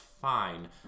fine